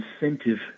incentive